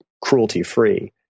cruelty-free